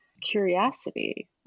curiosity